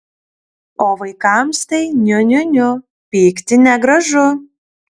o vaikams tai niu niu niu pykti negražu